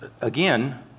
again